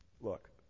Look